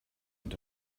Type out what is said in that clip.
und